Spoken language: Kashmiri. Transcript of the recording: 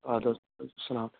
ادٕ حظ اسلام علیکم